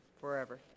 forever